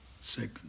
Second